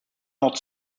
not